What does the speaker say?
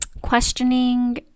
questioning